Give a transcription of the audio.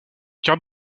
quart